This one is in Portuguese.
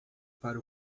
para